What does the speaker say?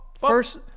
first